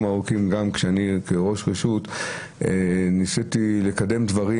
ארוכים גם שאני כראש רשות ניסיתי לקדם דברים,